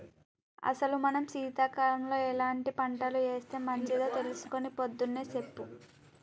అసలు మనం సీతకాలంలో ఎలాంటి పంటలు ఏస్తే మంచిదో తెలుసుకొని పొద్దున్నే సెప్పు